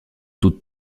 toute